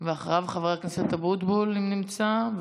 אחריו, חבר הכנסת אבוטבול, אם הוא נמצא.